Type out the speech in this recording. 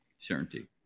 Certainty